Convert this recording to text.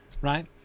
right